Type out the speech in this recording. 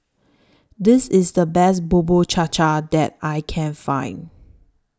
This IS The Best Bubur Cha Cha that I Can Find